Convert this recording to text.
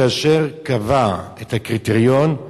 כאשר קבע את הקריטריון,